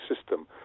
system